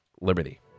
Liberty